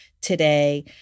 today